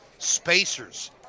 spacers